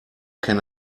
can